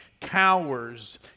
cowers